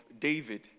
David